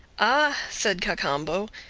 ah! said cacambo,